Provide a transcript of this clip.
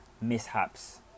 mishaps